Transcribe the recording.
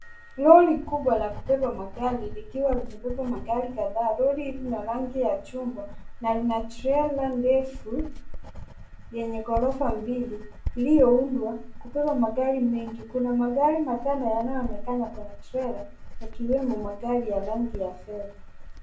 Lori kubwa la kubeba magari likiwa lemebeba magari kadhaa. Lori hili lina rangi ya chungwa na lina trela ndefu, yenye ghorofa mbili iliyoundwa kubeba magari mengi. Kuna magari matano yanayoonekana kwenye trela, yakiwemo magari ya rangi ya fedha.